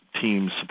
teams